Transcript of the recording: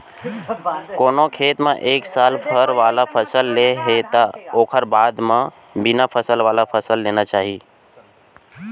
कोनो खेत म एक साल फर वाला फसल ले हे त ओखर बाद म बिना फल वाला फसल लेना चाही